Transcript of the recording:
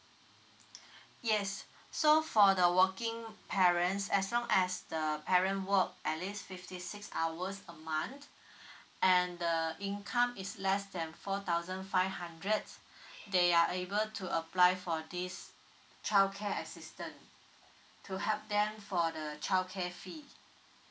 yes so for the working parents as long as the parent work at least fifty six hours a month and the income is less than four thousand five hundred they are able to apply for this childcare assistance to help them for the childcare fee